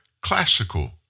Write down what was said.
classical